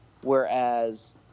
Whereas